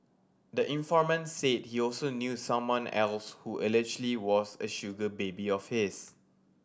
the informant said he also knew someone else who allegedly was a sugar baby of his